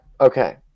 Okay